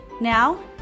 Now